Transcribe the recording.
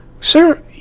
Sir